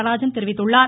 நடராஜன் தெரிவித்துள்ளார்